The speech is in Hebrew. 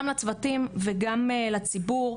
גם לצוותים וגם לציבור.